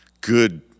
Good